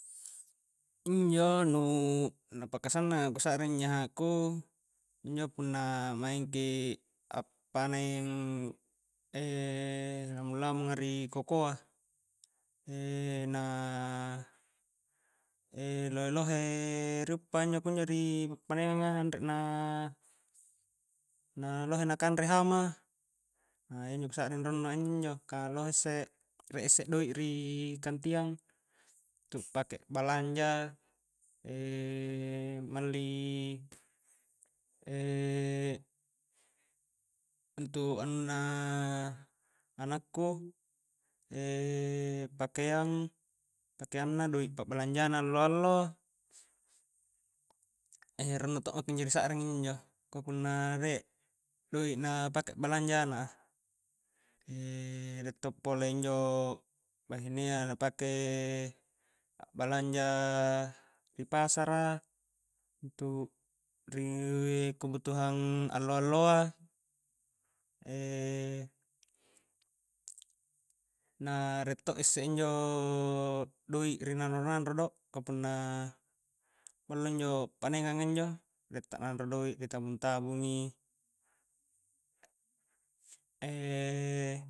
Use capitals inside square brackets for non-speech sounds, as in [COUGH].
Injo nu na paka sannang ku sa'ring nyahaku injo punna maingki a'paneng [HESITATION] lamung-lamung a ri kokoa [HESITATION] na [HESITATION] lohe-lohe ri uppa kunjo injo ri pa'panenganga anre na na lohe na kanre hama aiyanjo kusa'ring rannua injo-njo ka lohe isse rie isse doik ri kantiang, ri pake a'balangja [HESITATION] malli [HESITATION] untu anunna anakku [HESITATION] pakeang-pakeangna doik pa'balangja na allo-allo eih rannu to maki injo ri sa'ring injo-njo ka punna rie doik na pake a'balanja anak a [HESITATION] riek to pole injo bahinea na pake a'balanja ri pasara untuk ri kebutuhan allo-alloa [HESITATION] na rie to isse injo doik ri nanro-nanro do ka punna ballo injo panengang a injo rie ta nanro doik ri tabung-tabungi [HESITATION]